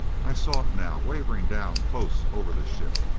i saw it now, wavering down, close over the ship.